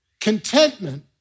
Contentment